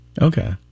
Okay